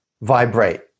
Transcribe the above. vibrate